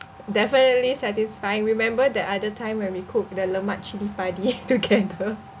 definitely satisfying remember the other time when we cook the lemak chili padi together